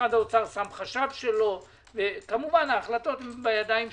שמשרד האוצר שם חשב שלו - כמובן ההחלטות בידיים שלנו.